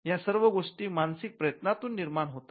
या सर्व गोष्टी मानसिक प्रयत्नातून निर्माण होतात